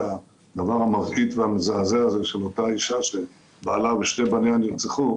הדבר המבעית והמזעזע הזה של אותה אישה שבעלה ושני בניה נרצחו